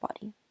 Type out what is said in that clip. body